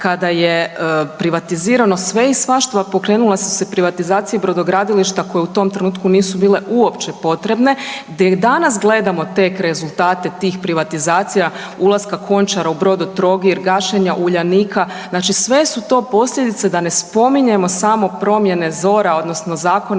kada je privatizirano sve i svašta, pokrenula se privatizacija brodogradilišta koje u tom trenutku nisu bile uopće potrebne da i danas gledamo tek rezultate tih privatizacija, ulaska Končara u Brodotrogir, gašenja Uljanika, znači sve su to posljedice, da ne spominjemo samo promjene ZOR-a, odnosno Zakona